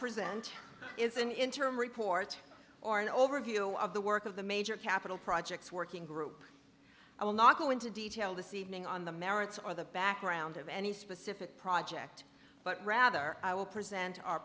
present is an interim report or an overview of the work of the major capital projects working group i will not go into detail this evening on the merits or the background of any specific project but rather i will present